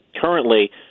currently